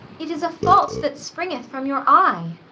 it is a fault that springeth from your eye.